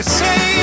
say